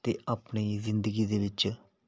ਅਤੇ ਆਪਣੀ ਜ਼ਿੰਦਗੀ ਦੇ ਵਿੱਚ